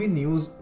news